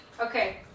Okay